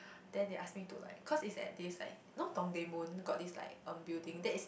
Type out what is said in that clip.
then they ask me to like cause it's at this like you know Dongdaemun got this like um building that is